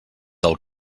del